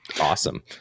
awesome